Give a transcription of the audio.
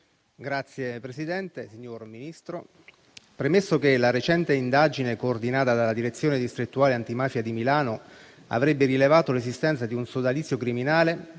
dell'interno* - Premesso che: la recente indagine coordinata dalla Direzione distrettuale antimafia di Milano avrebbe rilevato l'esistenza di un sodalizio criminale